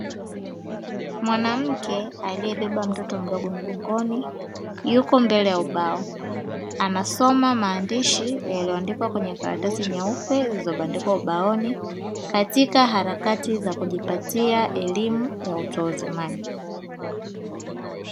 Mwanamke aliyebeba mtoto mdogo mgongoni yuko mbele ya ubao; anasoma maandishi yaliyoandikwa kwenye karatasi nyeupe zilizobandikwa ubaoni, katika harakati za kujipatia elimu ya utuuzimani.